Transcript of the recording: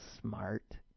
smart